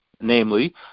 namely